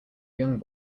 young